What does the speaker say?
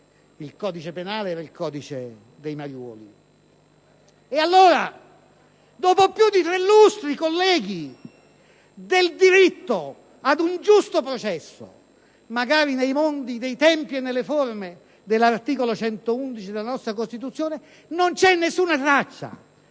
il codice penale era il codice dei mariuoli). E allora, colleghi, dopo più di tre lustri, del suo diritto ad un giusto processo - magari nei modi, nei tempi e nelle forme dell'articolo 111 della nostra Costituzione - non c'è alcuna traccia: